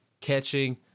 catching